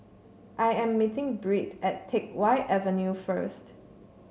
I am meeting Britt at Teck Whye Avenue first